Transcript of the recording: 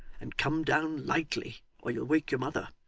and come down lightly, or you'll wake your mother.